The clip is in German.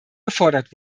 gefordert